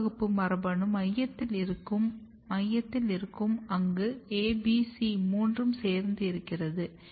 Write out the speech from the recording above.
C வகுப்பு மரபணு மையத்தில் இருக்கிறது அங்கு A B C மூன்றும் சேர்ந்து இருக்கிறது